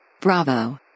Bravo